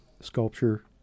sculpture